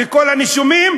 כל הנישומים,